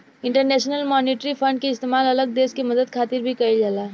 international monetary fund के इस्तेमाल अलग देश के मदद खातिर भी कइल जाला